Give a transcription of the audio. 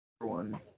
one